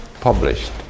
published